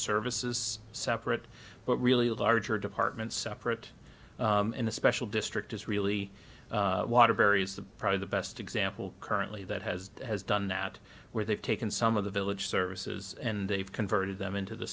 services separate but really a larger department separate in a special district is really water varies the probably the best example currently that has done that where they've taken some of the village services and they've converted them into the